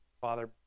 Father